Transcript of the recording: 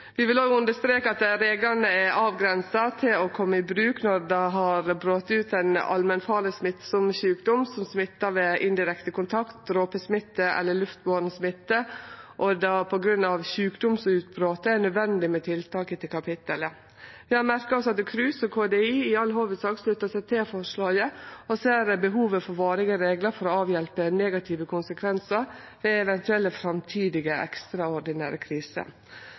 Vi vil også understreke at reglene er avgrensa til å kome i bruk når det har brote ut ein allmennfarleg smittsam sjukdom som smittar ved indirekte kontakt, dråpesmitte eller luftboren smitte, og det på grunn av sjukdomsutbrotet er nødvendig med tiltak etter kapittelet. Vi har merka oss at KRUS, Høgskolen og utdanningssenteret til Kriminalomsorga, og KDI, Kriminalomsorgsdirektoratet, i all hovudsak sluttar seg til forslaget og ser behovet for varige reglar for å avhjelpe negative konsekvensar ved eventuelle framtidige